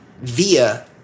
via